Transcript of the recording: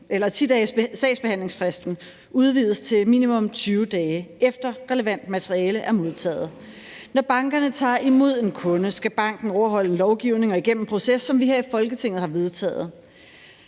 bør 10-dagessagsbehandlingsfristen udvides til, at det er minimum 20 dage, efter at relevant materiale er modtaget. Når bankerne tager imod en kunde, skal banken overholde en lovgivning og igennem en proces, som vi her i Folketinget har vedtaget.